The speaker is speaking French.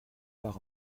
par